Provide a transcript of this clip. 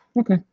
Okay